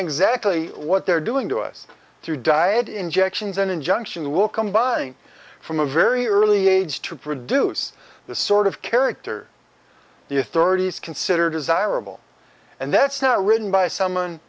exactly what they're doing to us through diet injections an injunction that will combine from a very early age to produce the sort of character the authorities consider desirable and that's not written by someone